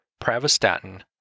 pravastatin